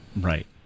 Right